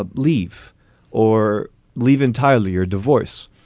ah leave or leave entirely or divorce.